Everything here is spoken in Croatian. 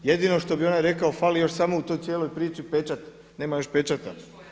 Jedino što bi onaj rekao fali još samo u toj cijeli priči pečat, nema još pečata.